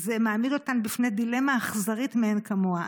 זה מעמיד אותן בפני דילמה אכזרית מאין כמוה.